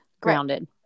grounded